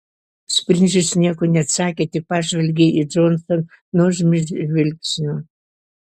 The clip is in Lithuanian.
spindžius nieko neatsakė tik pažvelgė į džonsą nuožmiu žvilgsniu